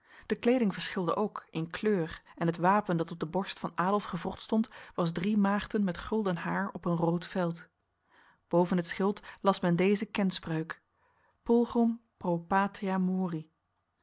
de kleding verschilde ook in kleur en het wapen dat op de borst van adolf gewrocht stond was drie maagden met gulden haar op een rood veld boven het schild las men deze kenspreuk pulchrum pro patria mori